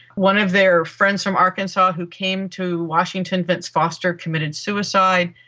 one of their friends from arkansas who came to washington, vince foster, committed suicide.